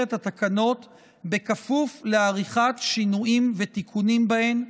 את התקנות בכפוף לעריכת שינויים ותיקונים בהן,